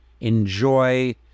enjoy